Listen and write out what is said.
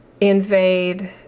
invade